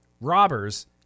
robbers